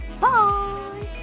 bye